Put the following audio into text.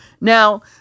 Now